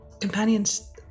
companions